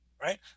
right